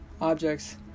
objects